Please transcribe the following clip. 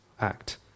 act